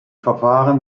verfahren